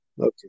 Okay